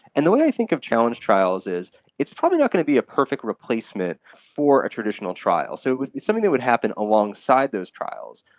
and the way i think of challenge trials is it's probably not going to be a perfect replacement for a traditional trial. so but it's something that would happen alongside those trials.